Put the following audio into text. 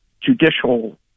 judicial